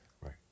Right